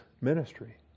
ministry